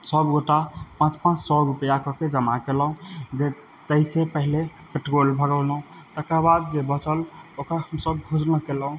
सब गोटा पाँच पाँच सए रुपैआ कऽ के जमा केलहुॅं जे ताहि सऽ पहिले पेट्रोल भरौलहुॅं तकर बाद जे बचल ओकर हमसब भोजन केलहुॅं